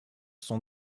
sont